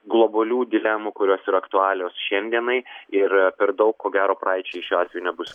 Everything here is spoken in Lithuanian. globalių dilemų kurios ir aktualios šiandienai ir per daug ko gero praeičiai šiuo atveju nebus